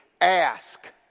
Ask